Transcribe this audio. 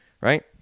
right